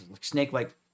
snake-like